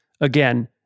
again